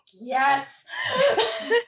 yes